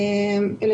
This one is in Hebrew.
מהשטח.